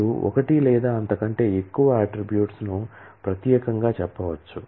మీరు ఒకటి లేదా అంతకంటే ఎక్కువ అట్ట్రిబ్యూట్స్ ను ప్రత్యేకంగా చెప్పవచ్చు